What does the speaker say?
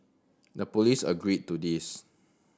the police agreed to this